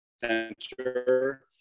Center